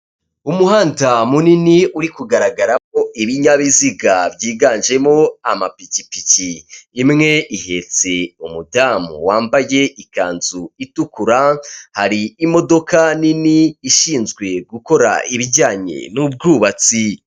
Umuhanda munini uri kugaragaramo ibinyabiziga byiganjemo amapikipiki; imwe ihetse umudamu wambaye ikanzu itukura; hari imodoka nini ishinzwe gukora ibijyanye n'ubwubatsi.